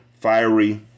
fiery